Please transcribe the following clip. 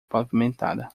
pavimentada